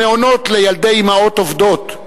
המעונות לילדי אמהות עובדות,